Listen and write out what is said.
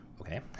Okay